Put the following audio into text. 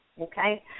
Okay